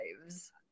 lives